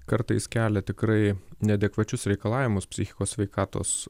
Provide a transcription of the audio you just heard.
kartais kelia tikrai neadekvačius reikalavimus psichikos sveikatos